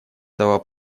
этого